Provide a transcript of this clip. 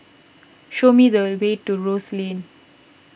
show me the way to Rose Lane